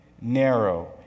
narrow